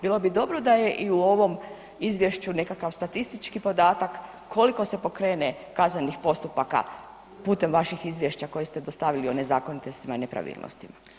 Bilo bi dobro da je i u ovom izvješću nekakav statistički podatak koliko se pokrene kaznenih postupaka putem vaših izvješća koje ste dostavili o nezakonitostima i nepravilnostima.